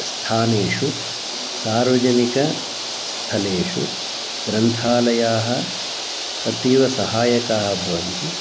स्थानेषु सार्वजनिकस्थलेषु ग्रन्थालयाः अतीव सहायकाः भवन्ति